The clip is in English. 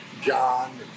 John